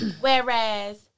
whereas